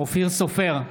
אופיר סופר,